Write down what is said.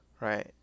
Right